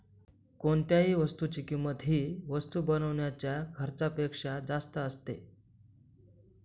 कोणत्याही वस्तूची किंमत ही वस्तू बनवण्याच्या खर्चापेक्षा जास्त असते